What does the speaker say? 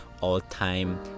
all-time